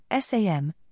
SAM